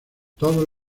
todos